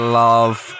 love